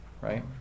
right